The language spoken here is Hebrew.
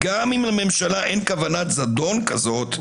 גם אם לממשלה אין כוונת זדון כזאת,